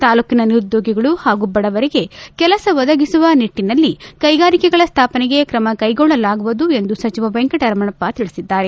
ತಾಲೂಕಿನ ನಿರುದ್ದೋಗಿಗಳು ಹಾಗೂ ಬಡವರಿಗೆ ಕೆಲಸ ಒದಗಿಸುವ ನಿಟ್ಟನಲ್ಲಿ ಕೈಗಾರಿಕೆಗಳ ಸ್ಥಾಪನೆಗೆ ಕ್ರಮ ಕೈಗೊಳ್ಳಲಾಗುವುದು ಎಂದು ಸಚಿವ ವೆಂಕಟರಮಣಪ್ಪ ತಿಳಿಸಿದ್ದಾರೆ